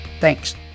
Thanks